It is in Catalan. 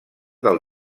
del